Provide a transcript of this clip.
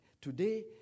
Today